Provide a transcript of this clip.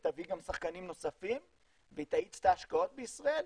היא תביא גם שחקנים נוספים והיא תאיץ את ההשקעות בישראל.